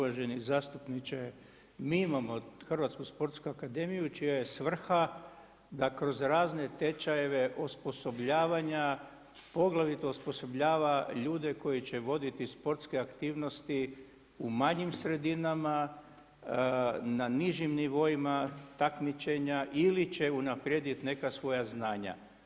Da, uvaženi zastupniče, mi imamo Hrvatsku sportsku akademiju, čija je svrha da kroz razne tečajeve osovljavanja poglavito osposobljava ljude koji će voditi sportske aktivnosti u manjim sredinama, na nižim nivoima takmičenja ili će unaprijedit neka svoja znanja.